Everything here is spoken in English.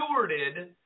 stewarded